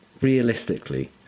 realistically